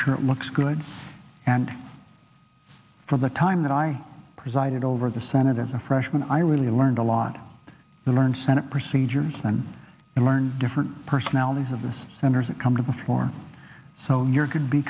sure it looks good and for the time that i presided over the senate as a freshman i really learned a lot to learn senate procedures and learn different personalities of this centers and come to the fore so your c